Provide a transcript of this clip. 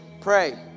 pray